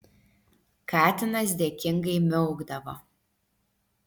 katinas dėkingai miaukdavo